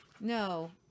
no